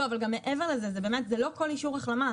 אבל גם מעבר לזה זה לא כל אישור החלמה,